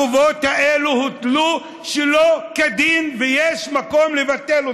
החובות האלה הוטלו שלא כדין, ויש מקום לבטל אותם.